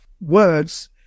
words